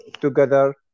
together